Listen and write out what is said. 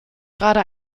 gerade